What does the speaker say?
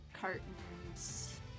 cartons